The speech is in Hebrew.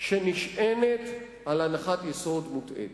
שנשענת על הנחת יסוד מוטעית,